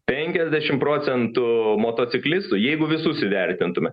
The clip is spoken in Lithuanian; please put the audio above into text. penkiasdešimt procentų motociklistų jeigu visus įvertintume